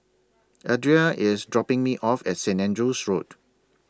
Adria IS dropping Me off At St Andrew's Road